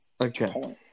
Okay